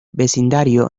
vecindario